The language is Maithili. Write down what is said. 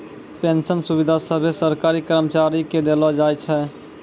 पेंशन सुविधा सभे सरकारी कर्मचारी के देलो जाय छै